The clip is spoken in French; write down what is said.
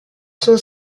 sont